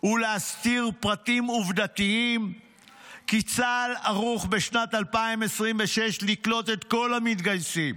ולהסתיר פרטים עובדתיים כי צה"ל ערוך בשנת 2026 לקלוט את כל המתגייסים.